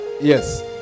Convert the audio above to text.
Yes